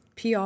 PR